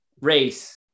race